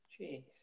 Jeez